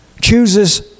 chooses